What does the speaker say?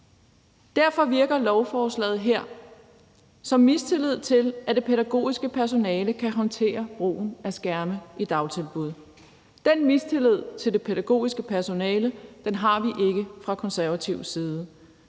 Derfor virker lovforslaget her som mistillid til, at det pædagogiske personale kan håndtere brugen af skærme i dagtilbud. Den mistillid til det pædagogiske personale har vi ikke fra Konservatives side.